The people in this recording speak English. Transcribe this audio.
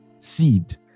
Seed